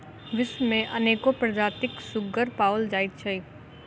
विश्व मे अनेको प्रजातिक सुग्गर पाओल जाइत छै